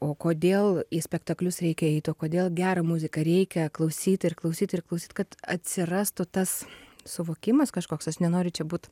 o kodėl į spektaklius reikia eit o kodėl gerą muziką reikia klausyt ir klausyt ir klausyt kad atsirastų tas suvokimas kažkoks aš nenoriu čia būt